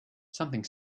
something